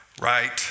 right